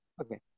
Okay